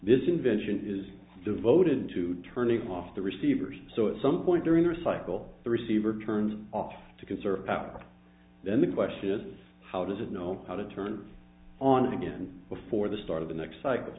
this invention is devoted to turning off the receivers so it some point during the cycle the receiver turns off to conserve power then the question is how does it know how to turn on again before the start of the next cycle